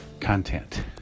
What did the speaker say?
content